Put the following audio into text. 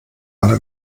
alle